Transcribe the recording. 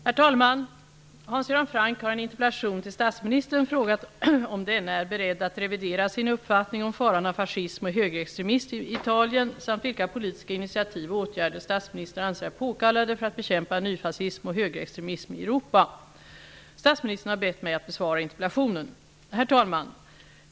Herr talman! Hans Göran Franck har i en interpellation till statsministern frågat om denne är beredd att revidera sin uppfattning om faran av fascism och högerextremism i Italien samt vilka politiska initiativ och åtgärder statsministern anser är påkallade för att bekämpa nyfascism och högerextremism i Europa. Statsministern har bett mig att besvara interpellationen. Herr talman!